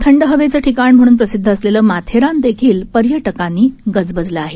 थंड हवेचं ठिकाण म्हणून प्रसिद्ध असलेलं माथेरान देखील पर्यटकांनी गजबजलं आहे